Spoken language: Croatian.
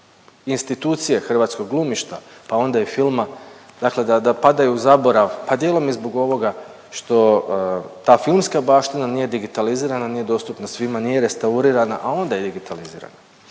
institucije hrvatskog glumišta pa onda i filma dakle da, da padaju u zaborav pa dijelom i zbog ovoga što ta filmska baština nije digitalizirana, nije dostupna svima, nije restaurirana, a onda i digitalizirana.